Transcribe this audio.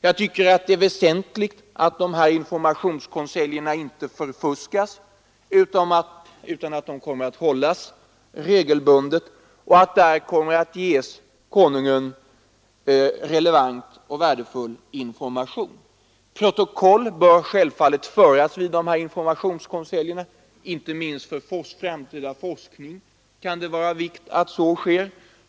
Jag tycker att det är väsentligt att de inte förfuskas, utan att de kommer att hållas regelbundet och att där kommer att ges konungen relevant information. Protokoll bör självfallet föras vid dessa informationskonseljer. Inte minst för framtida forskning kan det vara av vikt att så sker.